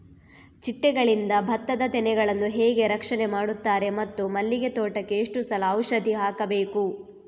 ಚಿಟ್ಟೆಗಳಿಂದ ಭತ್ತದ ತೆನೆಗಳನ್ನು ಹೇಗೆ ರಕ್ಷಣೆ ಮಾಡುತ್ತಾರೆ ಮತ್ತು ಮಲ್ಲಿಗೆ ತೋಟಕ್ಕೆ ಎಷ್ಟು ಸಲ ಔಷಧಿ ಹಾಕಬೇಕು?